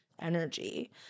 energy